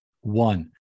One